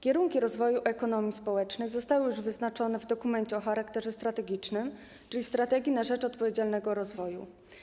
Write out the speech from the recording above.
Kierunki rozwoju ekonomii społecznej zostały już wyznaczone w dokumencie o charakterze strategicznym, czyli ˝Strategii na rzecz odpowiedzialnego rozwoju˝